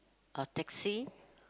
or taxi